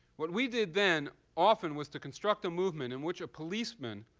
what we did then, often, was to construct a movement in which a policeman